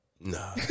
No